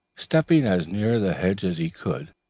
stepping as near the hedge as he could,